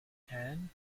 cannes